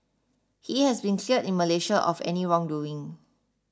he has been cleared in Malaysia of any wrongdoing